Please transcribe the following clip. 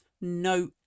no